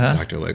ah dr. like